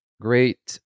great